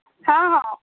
हँ हँ